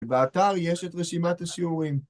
באתר יש את רשימת השיעורים.